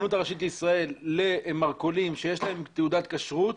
הרבנות הראשית לישראל למרכולים שיש להם תעודת כשרות